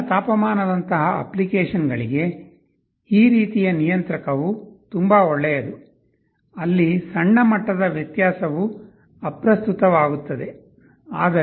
ಕೋಣೆಯ ತಾಪನದಂತಹ ಅಪ್ಲಿಕೇಶನ್ಗಳಿಗೆ ಈ ರೀತಿಯ ನಿಯಂತ್ರಕವು ತುಂಬಾ ಒಳ್ಳೆಯದು ಅಲ್ಲಿ ಸಣ್ಣ ಮಟ್ಟದ ವ್ಯತ್ಯಾಸವು ಅಪ್ರಸ್ತುತವಾಗುತ್ತದೆ